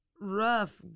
rough